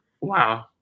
Wow